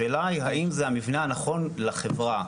השאלה האם זה המבנה הנכון לחברה.